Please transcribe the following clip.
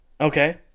Okay